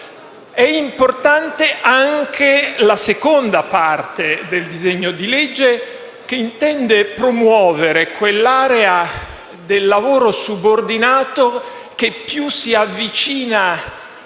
È importante anche la seconda parte del disegno di legge, che intende promuovere l'area del lavoro subordinato che più si avvicina